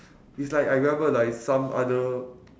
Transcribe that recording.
is like I remember like some other